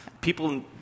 People